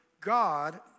God